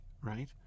Right